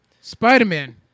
Spider-Man